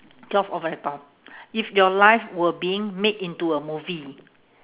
yours all very tough if your life were being made into a movie